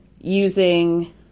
using